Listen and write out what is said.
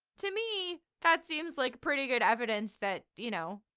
to me that seems like pretty good evidence that, you know,